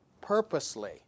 purposely